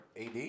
AD